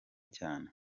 cyane